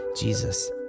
Jesus